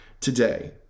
today